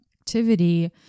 activity